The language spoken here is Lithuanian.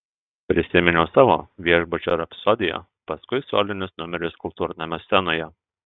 prisiminiau savo viešbučio rapsodiją paskui solinius numerius kultūrnamio scenoje